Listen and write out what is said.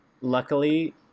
Luckily